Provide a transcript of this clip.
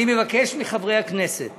אני מבקש מחברי הכנסת